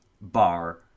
bar